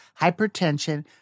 hypertension